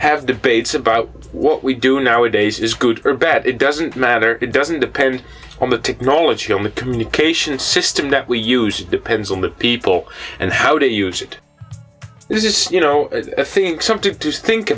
have debates about what we do nowadays is good or bad it doesn't matter it doesn't depend on the technology on the communication system that we use it depends on the people and how to use it this is you know i think something to think